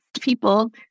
people